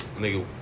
Nigga